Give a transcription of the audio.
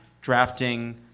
drafting